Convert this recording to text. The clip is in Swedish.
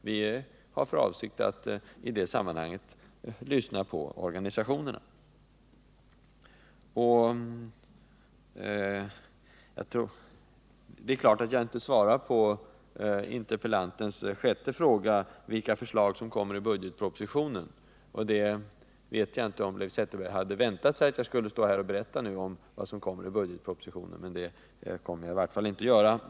Vi har för avsikt att i det sammanhanget lyssna på organisationerna. Det är klart att jag inte svarar på interpellantens sjätte fråga om vilka förslag som kommer i budgetpropositionen. Jag vet inte om Leif Zetterberg hade väntat sig att jag skulle stå här och nu berätta om vad som kommer i budgetpropositionen. Det kommer jag i varje fall inte att göra.